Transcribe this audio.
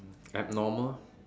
abnormal